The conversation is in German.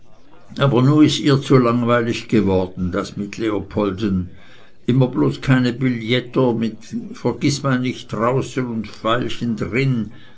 aber nu is es ihr zu langweilig geworden das mit leopolden immer bloß kleine billetter mit n vergißmeinnicht draußen un n veilchen